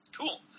Cool